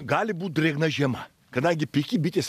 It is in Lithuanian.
gali būt drėgna žiema kadangi pikį bitės